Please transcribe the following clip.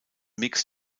mix